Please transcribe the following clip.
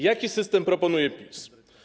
Jaki system proponuje PiS?